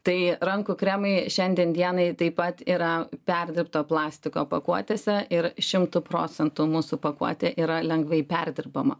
tai rankų kremai šiandien dianai taip pat yra perdirbto plastiko pakuotėse ir šimtu procentų mūsų pakuotė yra lengvai perdirbama